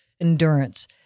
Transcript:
endurance